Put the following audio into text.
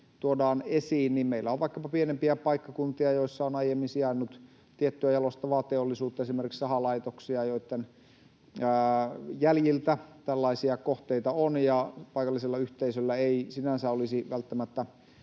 tuodaan esiin, meillä on vaikkapa pienempiä paikkakuntia, joissa on aiemmin sijainnut tiettyä jalostavaa teollisuutta, esimerkiksi sahalaitoksia, joitten jäljiltä tällaisia kohteita on, ja paikallisilla yhteisöillä ei sinänsä olisi välttämättä